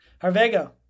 harvego